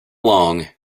long